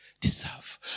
deserve